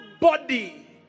body